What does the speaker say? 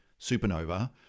supernova